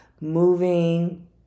moving